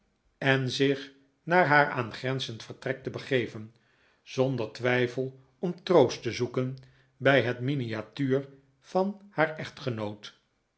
en zich naar haar aangrenzend vertrek te begeven zonder twijfel om troost te zoeken bij het miniatuur van haar echtgenoot